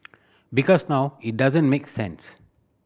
because now it doesn't make sense